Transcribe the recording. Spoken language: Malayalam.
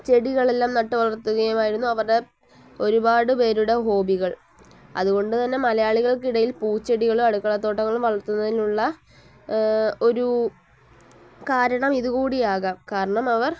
ചെടികളെല്ലാം നട്ടുവളർത്തുകയുമായിരുന്നു അവരുടെ ഒരുപാട് പേരുടെ ഹോബികൾ അതുകൊണ്ടുതന്നെ മലയാളികൾക്കിടയിൽ പൂച്ചെടികളും അടുക്കളത്തോട്ടങ്ങളും വളർത്തുന്നതിനുള്ള ഒരു കാരണം ഇതുകൂടി ആകാം കാരണം അവർ